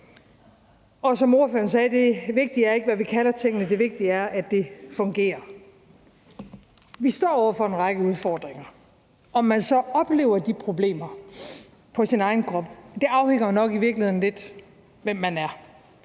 Som ordføreren sagde, er det vigtige ikke, hvad vi kalder tingene; det vigtige er, at de fungerer. Vi står over for en række udfordringer. Om man så oplever de problemer på sin egen krop, afhænger nok i virkeligheden lidt af, hvem man er,